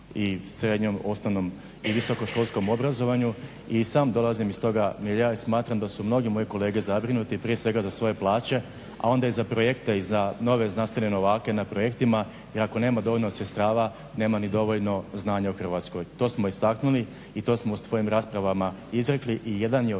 i srednjem, osnovnom i visokoškolskom obrazovanju. I sad dolazim iz toga jer ja i smatram da su mnogi moji kolege zabrinuti prije svega za svoje plaće, a onda i za projekte i za nove znanstvene novake na projektima i ako nema dovoljno sredstava nema ni dovoljno znanja u Hrvatskoj. To smo istaknuli i to smo u svojim raspravama izrekli i jedan je od